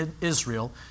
Israel